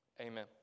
Amen